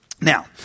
Now